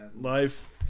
life